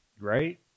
right